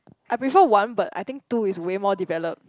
I prefer one but I think two is way more develop